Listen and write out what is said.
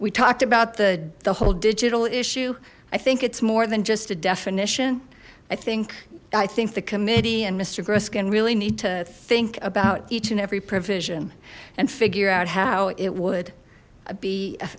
we talked about the the whole digital issue i think it's more than just a definition i think i think the committee and mister gross can really need to think about each and every provision and figure out how it would be